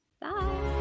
bye